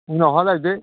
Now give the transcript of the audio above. फुङावहाय लायदो